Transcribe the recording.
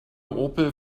opel